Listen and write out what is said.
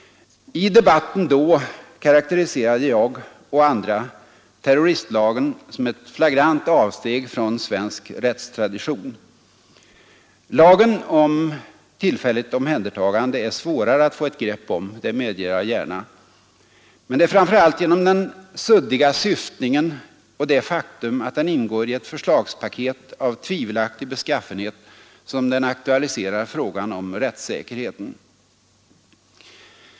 I debatten då karakteriserade jag och andra terroristlagen som ett flagrant avsteg från svensk rättstradition. Lagen om tillfälligt omhändertagande är svårare att få ett grepp om, det medger jag gärna. Det är framför allt genom den suddiga syftningen och det faktum att den ingår i ett förslagspaket av tvivelaktig beskaffenhet som den aktualiserar frågan om rättssäkerheten.